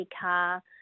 car